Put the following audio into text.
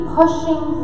pushing